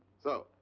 so,